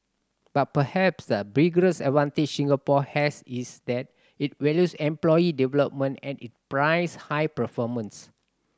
but perhaps the biggest advantage Singapore has is that it values employee development and it prizes high performance